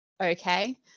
okay